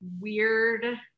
weird